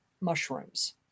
mushrooms